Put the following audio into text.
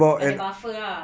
ada buffer lah